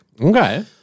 Okay